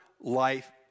life